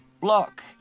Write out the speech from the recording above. block